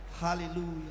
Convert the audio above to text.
hallelujah